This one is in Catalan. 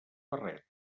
barret